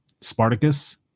Spartacus